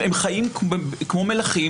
הם חיים כמו מלכים.